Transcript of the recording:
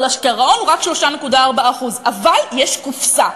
אבל הגירעון הוא רק 3.4%. אבל יש קופסה.